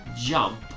jump